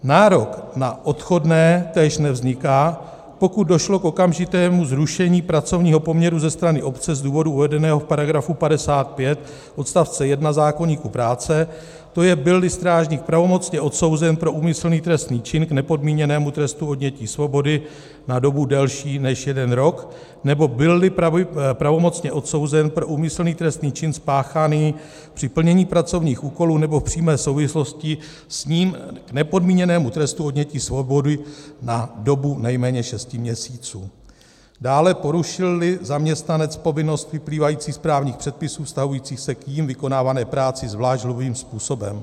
Nárok na odchodné též nevzniká, pokud došlo k okamžitému zrušení pracovního poměru ze strany obce z důvodu uvedeného v § 55 odst. 1 zákoníku práce, to je, bylli strážník pravomocně odsouzen pro úmyslný trestný čin k nepodmíněnému trestu odnětí svobody na dobu delší než jeden rok nebo bylli pravomocně odsouzen pro úmyslný trestný čin spáchaný při plnění pracovních úkolů nebo v přímé souvislosti s ním k nepodmíněnému trestu odnětí svobody na dobu nejméně šesti měsíců, dále, porušilli zaměstnanec povinnost vyplývající z právních předpisů vztahujících se k jím vykonávané práci zvlášť hrubým způsobem.